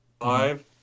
Five